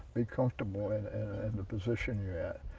be comfortable in the position you're at.